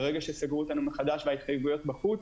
ברגע שסגרו אותנו מחדש וההתחייבויות בחוץ,